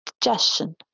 digestion